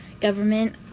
government